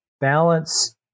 balance